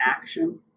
Action